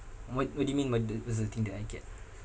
what what do you mean by the what's the thing that I get